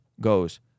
goes